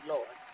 Lord